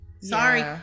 sorry